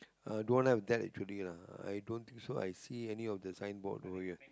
uh don't have that actually lah i don't think so I see any of the sign board over here